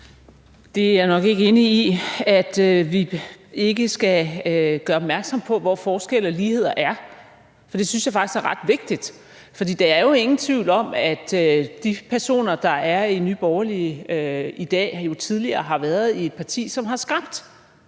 Jeg er nok ikke enig i, at vi ikke skal gøre opmærksom på, hvor forskelle og ligheder er. For det synes jeg faktisk er ret vigtigt. For der er jo ingen tvivl om, at de personer, der er i Nye Borgerlige i dag, tidligere har været i et parti, som har skabt